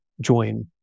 join